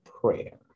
prayer